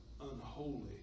unholy